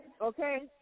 okay